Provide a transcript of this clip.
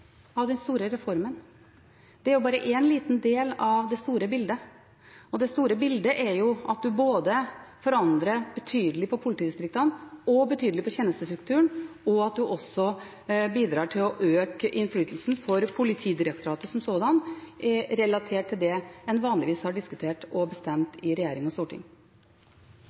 av den store reformen, det er bare en liten del av det store bildet. Det store bildet er at en både forandrer betydelig på politidistriktene og betydelig på tjenestestrukturen, og at en også bidrar til å øke innflytelsen til Politidirektoratet som sådan, relatert til det en vanligvis har diskutert og bestemt i regjering og storting.